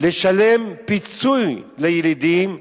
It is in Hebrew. לשלם פיצוי לילידים,